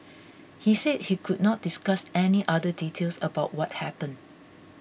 he said he could not discuss any other details about what happened